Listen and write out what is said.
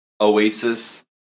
Oasis